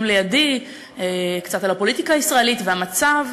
לידי על הפוליטיקה הישראלית והמצב,